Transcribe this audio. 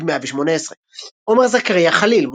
99-118. עמר זכריא ח'ליל,